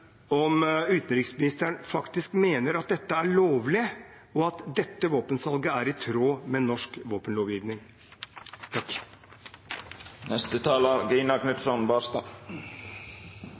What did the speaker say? om utenriksministeren faktisk mener at dette er lovlig, og at dette våpensalget er i tråd med norsk våpenlovgivning.